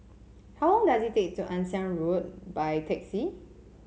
how long does it take to Ann Siang Road by taxi